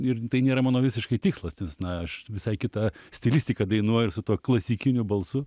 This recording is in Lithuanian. ir tai nėra mano visiškai tikslas nes na aš visai kita stilistika dainuoju ir su tuo klasikiniu balsu